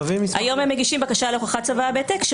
היום הם מגישים בקשה להוכחת צוואה בהעתק,